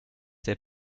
der